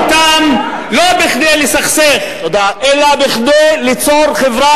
אנחנו עומדים כאן לא כדי לסכסך אלא כדי ליצור חברה